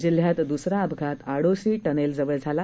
जिल्ह्यातद्सराअपघातआडोसीटनेलजवळझाला